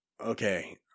Okay